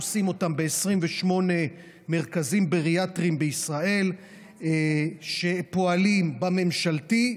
עושים אותם ב-28 מרכזים בריאטריים בישראל שפועלים בממשלתי,